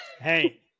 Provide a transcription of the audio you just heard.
Hey